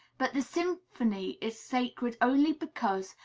but the symphony is sacred only because,